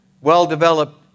well-developed